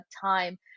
time